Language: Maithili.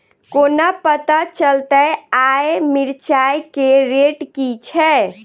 कोना पत्ता चलतै आय मिर्चाय केँ रेट की छै?